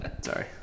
Sorry